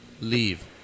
leave